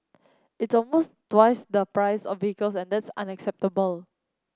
it's almost twice the price of vehicle and that's unacceptable